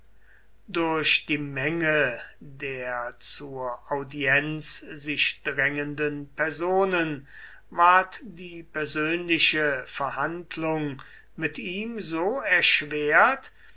durch die menge der zur audienz sich drängenden personen ward die persönliche verhandlung mit ihm so erschwert